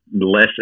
less